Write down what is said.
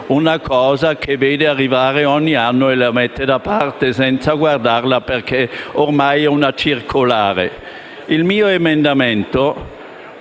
una cosa che vede arrivare ogni anno e la mette da parte senza guardarla, perché ormai è una circolare. L'emendamento